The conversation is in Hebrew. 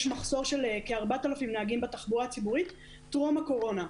יש מחסור של כ-4,000 נהגים תחבורה הציבורית טרום הקורונה.